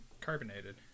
carbonated